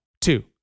two